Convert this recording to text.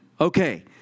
okay